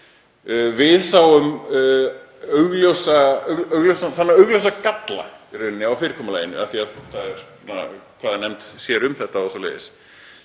Við sáum augljósan galla á fyrirkomulaginu, hvaða nefnd sér um þetta og svoleiðis